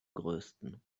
größten